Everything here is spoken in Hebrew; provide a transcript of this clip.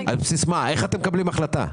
איך אתם מקבלים החלטה?